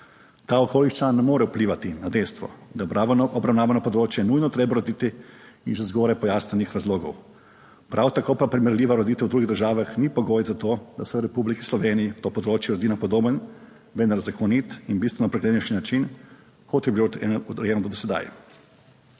Ta okoliščina ne more vplivati na dejstvo, da je obravnavano področje nujno treba urediti iz že zgoraj pojasnjenih razlogov, prav tako pa primerljiva ureditev v drugih državah ni pogoj za to, da se v Republiki Sloveniji to področje uredi na podoben, vendar zakonit in bistveno preglednejši način kot je bilo urejeno do sedaj.